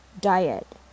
diet